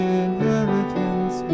inheritance